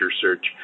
search